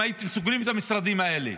אם הייתם סוגרים את המשרדים האלה,